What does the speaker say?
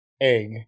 egg